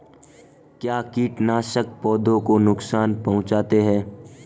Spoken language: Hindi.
क्या कीटनाशक पौधों को नुकसान पहुँचाते हैं?